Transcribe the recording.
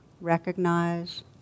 recognize